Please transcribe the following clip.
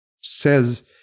says